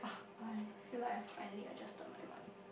I feel like I finally adjusted my mic